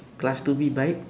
class two B bike